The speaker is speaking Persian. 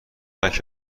بود